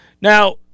Now